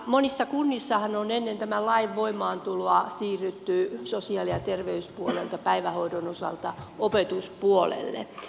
monissa kunnissahan on ennen tämän lain voimaantuloa siirrytty sosiaali ja terveyspuolelta päivähoidon osalta opetuspuolelle